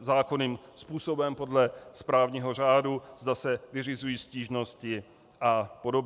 zákonným způsobem podle správního řádu, zda se vyřizují stížnosti a podobně.